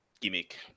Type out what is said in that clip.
gimmick